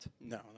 No